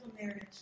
marriage